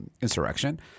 insurrection